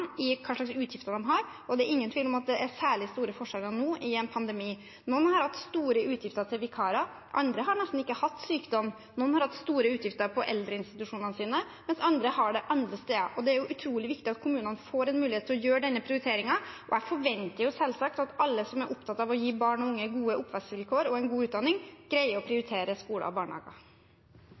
hva slags utgifter de har, og det er ingen tvil om at det er særlig store forskjeller nå i en pandemi. Noen har hatt store utgifter til vikarer, andre har nesten ikke hatt sykdom. Noen har hatt store utgifter på eldreinstitusjonene sine, mens andre har hatt det andre steder. Det er utrolig viktig at kommunene får en mulighet til å gjøre denne prioriteringen, og jeg forventer selvsagt at alle som er opptatt av å gi barn og unge gode oppvekstvilkår og en god utdanning, greier å prioritere skoler og barnehager.